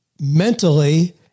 mentally